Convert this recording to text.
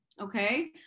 okay